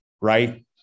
right